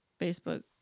facebook